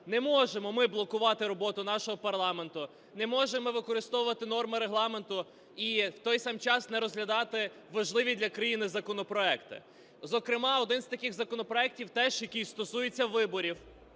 не можемо ми блокувати роботу нашого парламенту, не можемо ми використовувати норми Регламенту і в той самий час не розглядати важливі для країни законопроекти. Зокрема, один з таких законопроектів теж, який стосується виборів,